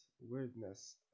weirdness